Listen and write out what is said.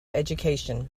education